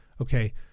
Okay